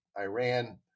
Iran